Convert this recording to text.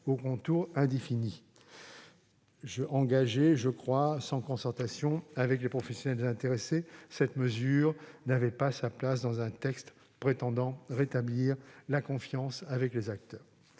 aux contours indéfinis : engagée, je crois, sans concertation avec les professionnels intéressés, cette mesure n'avait pas sa place dans un texte censé rétablir la confiance avec les acteurs.